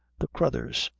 the craythurs.